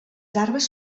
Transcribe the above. larves